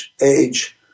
age